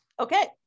Okay